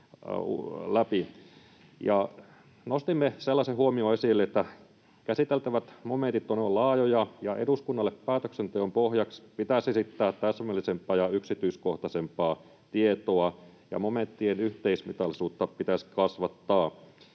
sellaisen huomion, että käsiteltävät momentit ovat olleet laajoja ja eduskunnalle päätöksenteon pohjaksi pitäisi esittää täsmällisempää ja yksityiskohtaisempaa tietoa ja momenttien yhteismitallisuutta pitäisi kasvattaa.